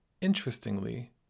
interestingly